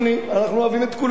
אנחנו אוהבים את כולם.